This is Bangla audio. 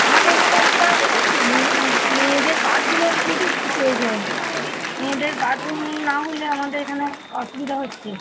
আমাদের এখানে একটা মেয়েদের বাথরুমের খুবই প্রয়োজন মেয়েদের বাথরুম না হলে আমাদের এখানে অসুবিধা হচ্ছে